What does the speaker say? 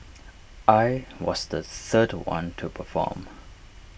I was the third one to perform